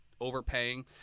overpaying